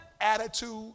attitude